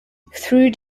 through